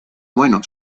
bueno